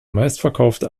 meistverkaufte